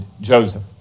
Joseph